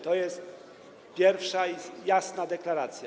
To jest pierwsza jasna deklaracja.